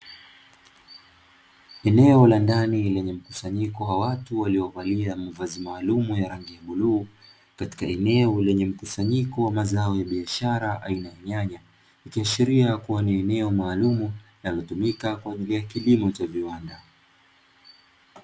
Eneo la ndani lenye mkusanyiko wa watu waliovalia mavazi maalumu yenye rangi ya bluu katika eneo lenye mkusanyiko wa mazao ya biashara aina ya nyanya , ikiashiria kuwa ni eneo maalumu linalotumika kwa ajili ya kilimo cha viwanda.